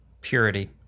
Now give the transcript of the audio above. purity